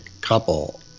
couple